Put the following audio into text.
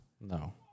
No